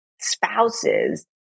spouses